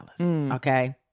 okay